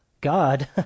God